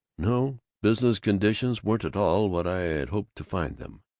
no, business conditions weren't at all what i'd hoped to find them.